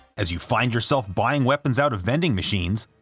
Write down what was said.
as you find yourself buying weapons out of vending machines